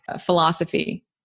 philosophy